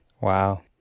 Wow